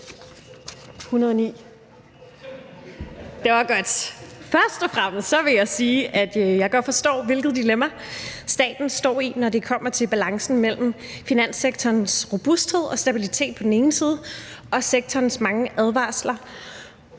Først og fremmest vil jeg sige, at jeg godt forstår, hvilket dilemma staten står i, når det kommer til balancen mellem finanssektorens robusthed og stabilitet på den ene siden, og at man på den